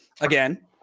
again